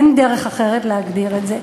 אין דרך אחרת להגדיר את זה,